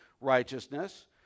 righteousness